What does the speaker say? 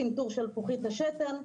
צנתור שלפוחית השתן.